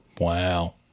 Wow